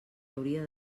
hauria